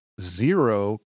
zero